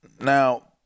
now